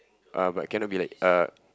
uh but cannot be like uh